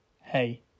Hey